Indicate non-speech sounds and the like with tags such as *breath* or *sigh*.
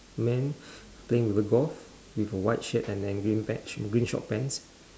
man *breath* playing with a golf with a white shirt and an green patch green short pants *breath*